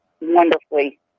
wonderfully